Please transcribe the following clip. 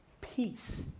peace